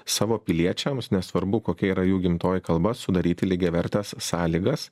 savo piliečiams nesvarbu kokia yra jų gimtoji kalba sudaryti lygiavertes sąlygas